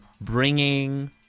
bringing